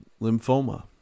lymphoma